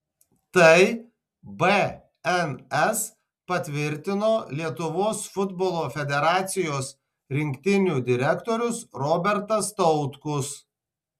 tai bns patvirtino lietuvos futbolo federacijos rinktinių direktorius robertas tautkus